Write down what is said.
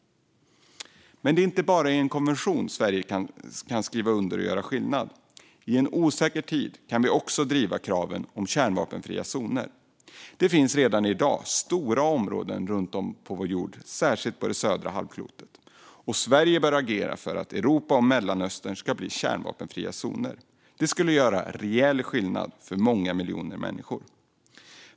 Men det är inte bara konventionen som Sverige kan skriva under och därmed göra skillnad. I en osäker tid kan vi också driva kraven om kärnvapenfria zoner. Sådana finns redan i dag på stora områden, särskilt på det södra halvklotet. Sverige bör agera för att Europa och Mellanöstern ska bli kärnvapenfria zoner. Det skulle göra reell skillnad för många miljoner människor.